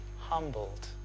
humbled